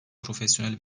profesyonel